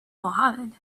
mohamed